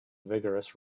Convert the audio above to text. vigorous